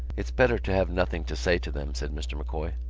it's better to have nothing to say to them, said mr. m'coy.